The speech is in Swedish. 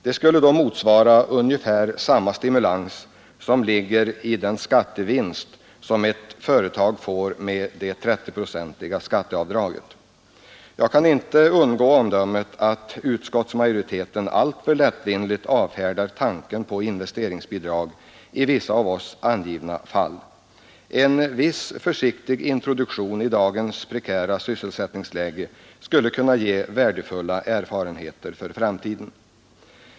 Det skulle då motsvara ungefär den stimulans som ligger i den skattevinst som ett företag får med det 30-procentiga skatteavdraget. Jag kan inte undgå omdömet att utskottsmajoriteten alltför lättvindigt avfärdar tanken på investeringsbidrag i vissa av oss angivna fall. En försiktig introduktion skulle i dagens prekära sysselsättningsläge kunna ge värdefulla erfarenheter för framtiden.